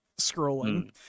scrolling